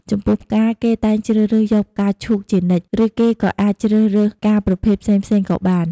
ចំពោះផ្កាគេតែងជ្រើសរើសយកផ្កាឈូកជានិច្ច ឬគេក៏អាចជ្រើសរើសផ្កាប្រភេទផ្សេងៗក៏បាន។